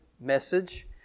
message